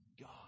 God